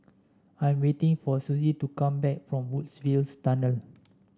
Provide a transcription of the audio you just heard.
I am waiting for Suzy to come back from Woodsville Tunnel